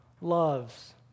loves